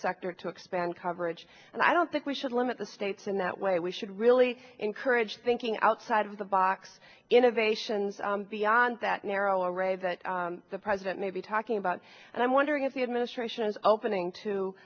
sector to expand coverage and i don't think we should limit the states in that way we should really encourage thinking outside of the box innovations beyond that narrow ray that the president may be talking about and i'm wondering if the administration is opening to